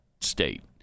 state